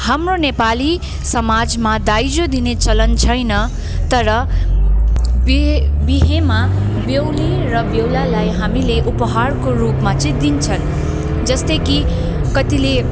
हाम्रो नेपाली समाजमा दाइजो दिने चलन छैन तर बिहे बिहेमा बेहुली र बेहुलालाई हामीले उपहारको रूपमा चाहिँ दिन्छन् जस्तै कि कतिले